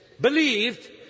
believed